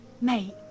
Mate